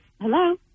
Hello